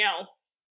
else